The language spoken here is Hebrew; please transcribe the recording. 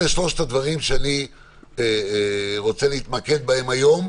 אלה שלושת הדברים שאני רוצה להתמקד בהם היום.